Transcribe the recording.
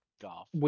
Golf